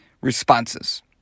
responses